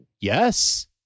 Yes